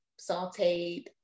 sauteed